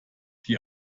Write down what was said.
die